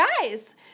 guys